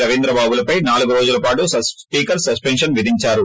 రవీంద్రబాబులపై నాలుగు రోజుల పాటు స్పీకర్ సస్పెన్షన్ విధించారు